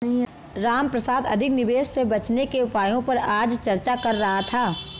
रामप्रसाद अधिक निवेश से बचने के उपायों पर आज चर्चा कर रहा था